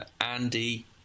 Andy